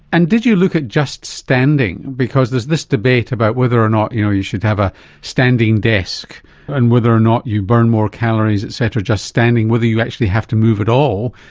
and did you look at just standing, because there's this debate about whether or not you know you should have a standing desk and whether or not you burn more calories etc just standing, whether you actually have to move at all,